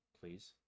please